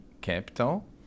capital